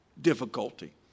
difficulty